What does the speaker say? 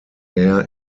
air